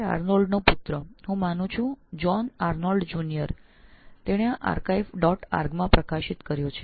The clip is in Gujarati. આર્નોલ્ડનો પુત્ર હું માનું છું કે જોન આર્નોલ્ડ જુનિયર તેઓએ આ archive dot org માં પ્રકાશિત કર્યુ છે